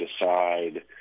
decide